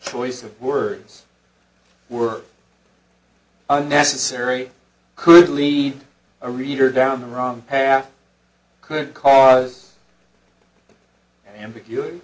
choice of words were unnecessary could lead a reader down the wrong path could cause an ambiguity